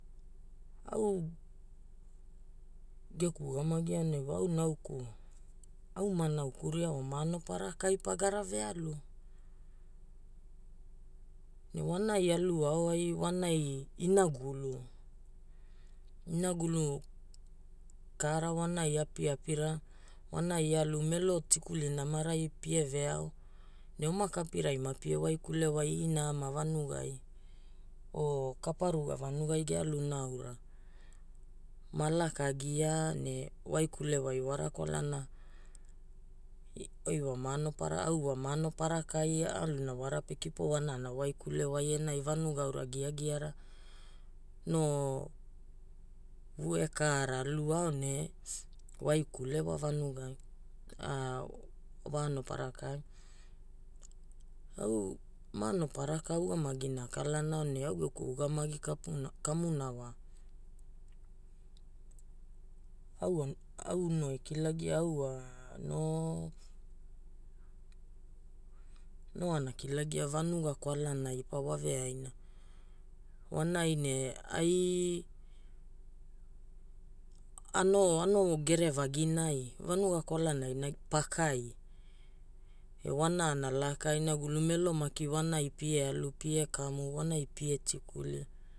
Au geku ugamagi aonai au ma nauku ria ma anopara ka ai pagara ve alu. Ne wanai alu ao ai wanai inagulu ka ara wanai apiapira, wanai alu melo tikuli namarai pie ve ao, ne oma kapirai mapie wai kule wai ina ama vanugai o kaparuga vanugai ge aluna aura ma laka gia ne waikule wai wara kwalana au wa ma anopara ka ai aluna wara pe kipo wana na waikule wai vanuga aura giagiara. No vue ka ra alu ao ne waikule vanugai o wa anopara ka ai. Au ma anopara ka ugamagina akalana aonai, au geku ugamagi kamuna wa, au no e kilagi, au wa no ana kilagia vanuga kwalanai pa wa veaina. Wanai ne ai ano gerevaginai. Vanuga kwalanai na pakai. Ne Wanana laka inagulu, melo maki wanai pie alu, pie kamu, wanai pie tikuli.